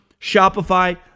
Shopify